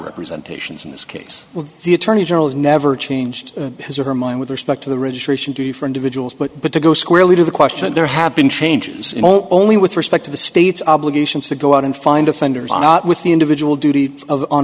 representation in this case with the attorney general has never changed his or her mind with respect to the registration to for individuals but but to go squarely to the question there have been changes in only with respect to the state's obligation to go out and find offenders with the individual duty o